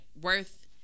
worth